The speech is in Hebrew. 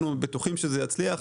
אנחנו בטוחים שזה יצליח.